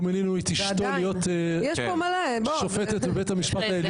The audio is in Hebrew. מינינו את אשתו להיות שופטת בבית המשפט העליון.